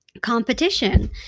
competition